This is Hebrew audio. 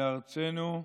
בארצנו,